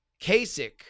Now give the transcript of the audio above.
Kasich